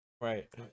Right